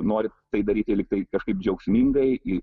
nori tai daryti lygtai kažkaip džiaugsmingai